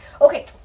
Okay